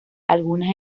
algunas